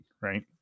right